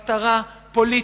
מטרה פוליטית.